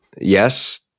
Yes